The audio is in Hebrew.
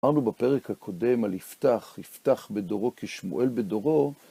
אמרנו בפרק הקודם על יפתח, יפתח בדורו כשמואל בדורו.